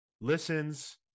listens